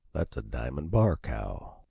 that's a diamond bar cow,